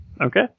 Okay